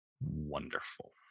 wonderful